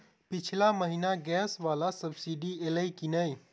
पिछला महीना गैस वला सब्सिडी ऐलई की नहि?